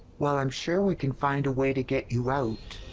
well, i'm sure we can find a way to get you out.